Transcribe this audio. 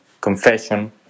confession